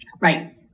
Right